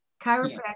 chiropractic